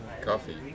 coffee